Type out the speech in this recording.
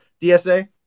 DSA